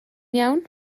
iawn